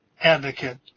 advocate